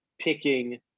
picking